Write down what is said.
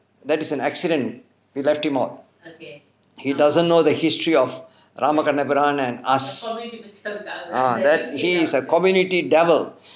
that is an accident we left him out he doesn't know the history of ramakannaipuraan and us that he is a community devil